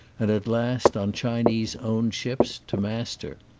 and at last, on chinese owned ships, to master.